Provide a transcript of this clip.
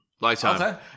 Lifetime